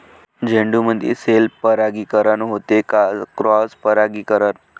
झेंडूमंदी सेल्फ परागीकरन होते का क्रॉस परागीकरन?